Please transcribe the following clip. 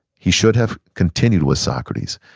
he should have continued with socrates,